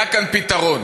היה כאן פתרון,